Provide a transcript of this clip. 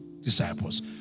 disciples